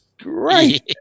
great